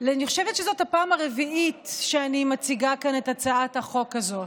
אני חושבת שזאת הפעם הרביעית שאני מציגה כאן את הצעת החוק הזאת,